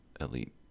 elite